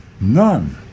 None